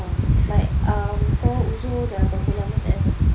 orh like um kau uzur dah berapa lama tak datang